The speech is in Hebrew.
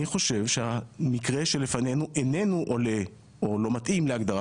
אני חושב שהמקרה שלפנינו איננו עולה או לא מתאים להגדרה